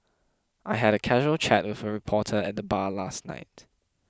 I had a casual chat with a reporter at the bar last night